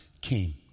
came